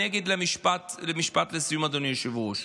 אני אגיד משפט לסיום, אדוני היושב-ראש.